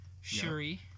Shuri